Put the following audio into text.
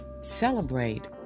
celebrate